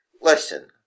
listen